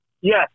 Yes